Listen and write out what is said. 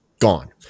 gone